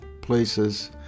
places